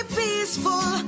peaceful